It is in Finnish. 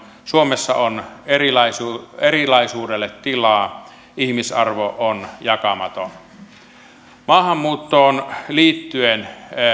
suomessa on erilaisuudelle tilaa ihmisarvo on jakamaton maahanmuuttoon liittyen